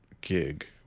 gig